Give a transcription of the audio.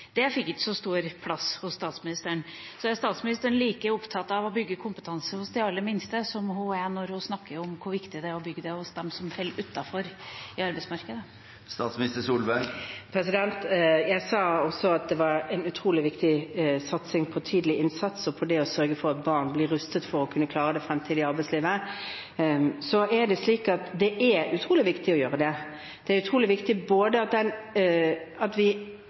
Det fikk ikke så stor plass hos statsministeren. Er statsministeren like opptatt av å bygge kompetanse hos de aller minste som hun er når hun snakker om hvor viktig det er å bygge det hos dem som faller utenfor arbeidsmarkedet? Jeg sa også at det var en utrolig viktig satsing på tidlig innsats, på det å sørge for at barn blir rustet til å kunne klare det fremtidige arbeidslivet. Det er utrolig viktig å gjøre det. Det er utrolig viktig at vi klarer en bedre måloppnåelse enn det vi